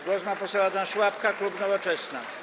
Głos ma poseł Adam Szłapka, klub Nowoczesna.